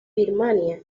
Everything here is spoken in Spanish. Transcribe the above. birmania